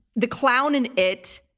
the clown in it,